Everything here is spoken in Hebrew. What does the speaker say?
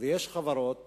ויש חברות